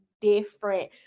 different